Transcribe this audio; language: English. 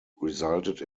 resulted